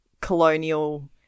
colonial